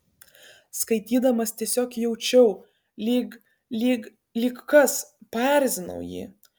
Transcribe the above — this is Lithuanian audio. skaitydamas tiesiog jaučiau lyg lyg lyg kas paerzinau jį